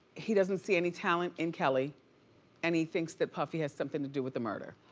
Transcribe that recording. he doesn't see any talent in kelly and he thinks that puffy has something to do with the murder.